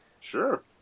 Sure